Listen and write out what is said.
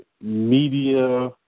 media